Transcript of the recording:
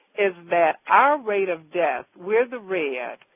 is that our rate of death, we're the red,